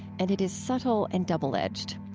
and it is subtle and double-edged.